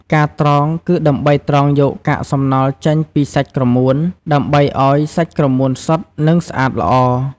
ការត្រង គឺដើម្បីត្រង់យកកាកសំណល់ចេញពីសាច់ក្រមួន ដើម្បីឲ្យសាច់ក្រមួនសុទ្ធនឹងស្អាតល្អ។